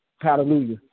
Hallelujah